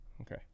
Okay